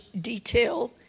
detail